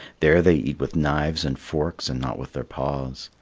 there they eat with knives and forks and not with their paws.